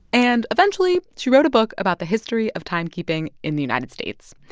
and eventually, she wrote a book about the history of timekeeping in the united states.